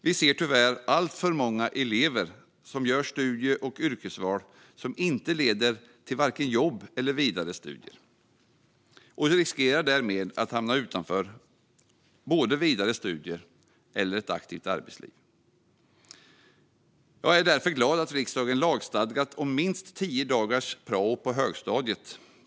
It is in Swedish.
Vi ser tyvärr alltför många elever som gör studie och yrkesval som inte leder till vare sig jobb eller vidare studier, och de riskerar därmed att hamna utanför både vidare studier och ett aktivt arbetsliv. Jag är därför glad att riksdagen lagstiftat om minst tio dagars prao på högstadiet.